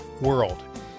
world